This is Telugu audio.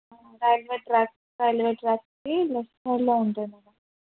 రైల్వే ట్రాక్ రైల్వే ట్రాక్కి లెఫ్ట్ సైడ్లో ఉంటుంది మ్యాడమ్